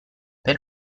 per